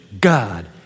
God